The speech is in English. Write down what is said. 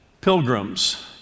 pilgrims